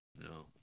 no